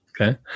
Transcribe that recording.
Okay